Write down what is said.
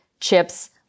chips